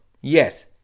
Yes